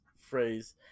phrase